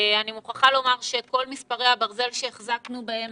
אני מוכרחה לומר שכל מספרי הברזל שהחזקנו בהם